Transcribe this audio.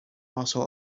also